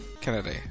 Kennedy